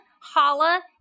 Holla